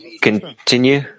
continue